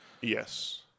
Yes